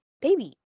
baby